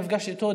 נפגשתי איתו,